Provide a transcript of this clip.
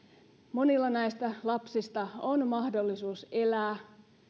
monilla näistä lapsista on mahdollisuus elää